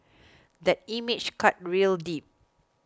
that image cut real deep